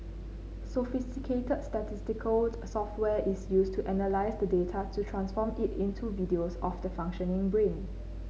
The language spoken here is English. sophisticated statistical software is used to analyse the data to transform it into videos of the functioning brain